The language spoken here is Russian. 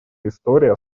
история